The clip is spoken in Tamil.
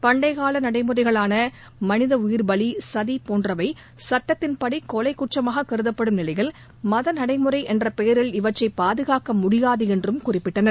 பண்டைக் கால நடைமுறைகளான மனித உயிர்பலி சதி போன்றவை சட்டத்தின்படி கொலை குற்றமாக கருதப்படும் நிலையில் மத நடைமுறை என்ற பெயரில் இவற்றை பாதுகாக்க முடியாது என்றும் குறிப்பிட்டனர்